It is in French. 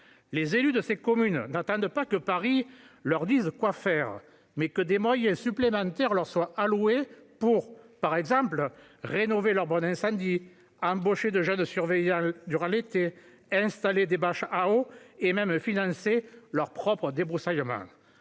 Les élus de ces communes n'attendent pas que Paris leur indique quoi faire, mais que des moyens supplémentaires leur soient alloués, par exemple pour rénover leurs bornes incendie, embaucher de jeunes surveillants durant l'été, installer des bâches à eau ou financer leur propre débroussaillement.